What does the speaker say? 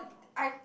I